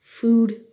food